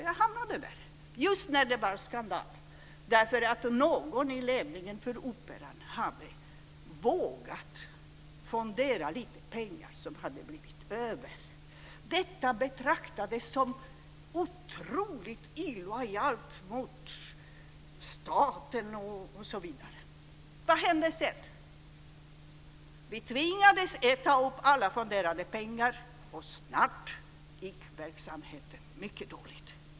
Jag hamnade där just när det blivit skandal därför att någon i ledningen för Operan hade vågat fondera lite pengar som hade blivit över. Detta betraktades som otroligt illojalt mot staten, osv. Vad hände sedan? Vi tvingades använda alla fonderade pengar, och snart gick verksamheten mycket dåligt.